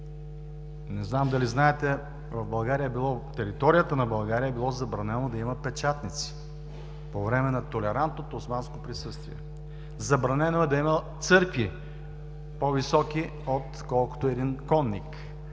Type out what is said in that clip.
Не знам дали знаете, на територията на България е било забранено да има печатници по време на толерантното османско присъствие. Забранено е да има църкви по-високи, отколкото един конник.